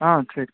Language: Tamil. சரி